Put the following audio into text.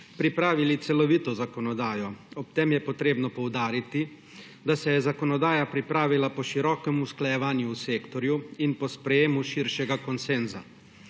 pripravili celovito zakonodajo. Ob tem je potrebno poudariti, da se je zakonodaja pripravila po širokem usklajevanju v sektorju in po sprejemu širšega konsenza.